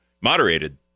moderated